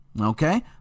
Okay